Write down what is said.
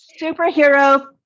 superhero